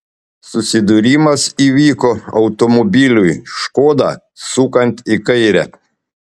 susidūrimas įvyko automobiliui škoda sukant į kairę